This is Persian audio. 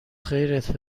خیرت